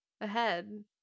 Ahead